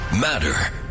matter